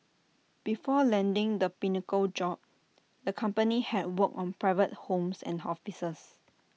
before landing the pinnacle job the company had worked on private homes and offices